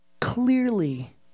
clearly